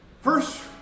First